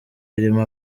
irimo